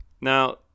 Now